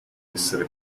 essere